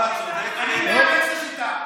אני מאמץ את השיטה.